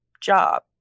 job